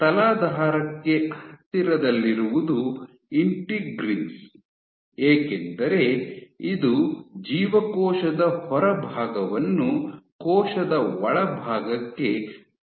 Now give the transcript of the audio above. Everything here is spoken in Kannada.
ತಲಾಧಾರಕ್ಕೆ ಹತ್ತಿರದಲ್ಲಿರುವುದು ಇಂಟಿಗ್ರೀನ್ಸ್ ಏಕೆಂದರೆ ಇದು ಜೀವಕೋಶದ ಹೊರಭಾಗವನ್ನು ಕೋಶದ ಒಳಭಾಗಕ್ಕೆ ತೊಡಗಿಸುತ್ತದೆ